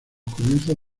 comienzos